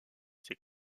ses